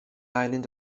island